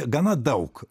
gana daug